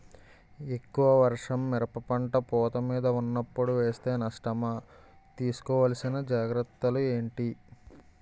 ఎక్కువ వర్షం మిరప పంట పూత మీద వున్నపుడు వేస్తే నష్టమా? తీస్కో వలసిన జాగ్రత్తలు ఏంటి?